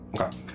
Okay